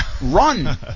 run